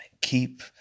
keep